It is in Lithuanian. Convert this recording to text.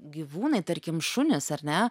gyvūnai tarkim šunys ar ne